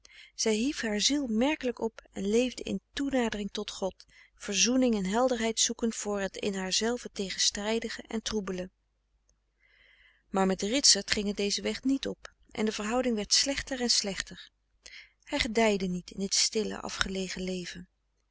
zij hief haar ziel merkelijk op en leefde in toenadering tot god verfrederik van eeden van de koele meren des doods zoening en helderheid zoekend voor het in haarzelve tegenstrijdige en troebele maar met ritsert ging het dezen weg niet op en de verhouding werd slechter en slechter hij gedijde niet in dit stille afgelegen leven